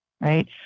Right